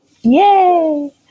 Yay